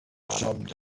time